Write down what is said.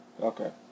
Okay